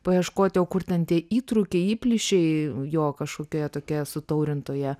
paieškoti o kur ten tie įtrūkiai įplyšiai jo kažkokioje tokioje sutaurintoje